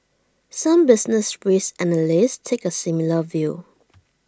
some business risk analysts take A similar view